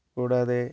കൂടാതെ